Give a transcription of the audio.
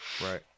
Right